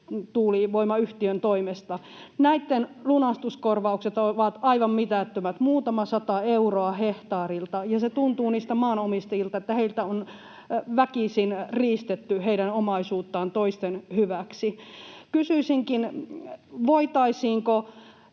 tuulivoimayhtiön toimesta, lunastuskorvaukset ovat aivan mitättömät, muutaman sata euroa hehtaarilta, [Juha Mäenpään välihuuto] ja se tuntuu niistä maanomistajista siltä, että heiltä on väkisin riistetty heidän omaisuuttaan toisten hyväksi. Kysyisinkin: voitaisiinko